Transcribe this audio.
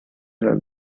las